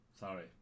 Sorry